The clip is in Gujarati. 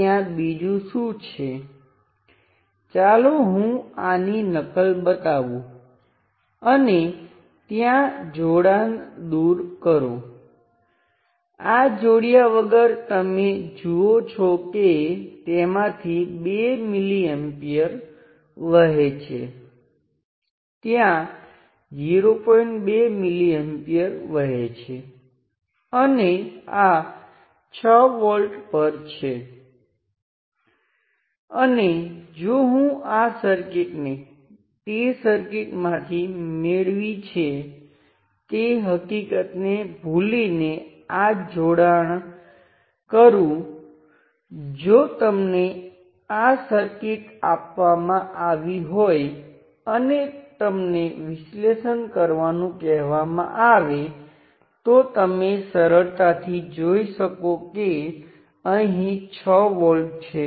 તમારી પાસે એક અને એક પ્રાઈમ છેડાં વચ્ચે ખુલી સર્કિટ છે જે તમે વિચારી શકો છો કે તે ઓપન સર્કિટ છે તે બિલકુલ લોડ થયેલ નથી અને પછી સર્કિટમાં સ્વતંત્ર સ્ત્રોત સક્રિય હોય ત્યારે અહીં વોલ્ટેજ માપો આ Vth પણ સ્પષ્ટ કારણોસર ઓપન સર્કિટ વોલ્ટેજ તરીકે ઓળખાય છે તે આઉટપુટ પર ઓપન સર્કિટ સાથે માપવામાં આવે છે જે એક ઓપન સર્કિટ અથવા આ થિયર્મના સંબંધમાં થેવેનિન વોલ્ટેજ છે